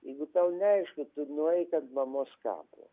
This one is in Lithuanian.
jeigu tau neaišku tu nueik ant mamos kapo